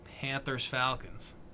Panthers-Falcons